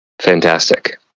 fantastic